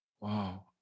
Wow